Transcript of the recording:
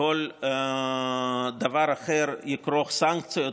וכל דבר אחר יהיה כרוך בסנקציות,